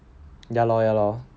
ya lor ya lor